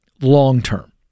long-term